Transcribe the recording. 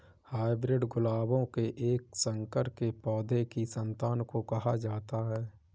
hybrid गुलाबों के एक संकर के पौधों की संतान को कहा जाता है